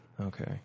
Okay